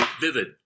vivid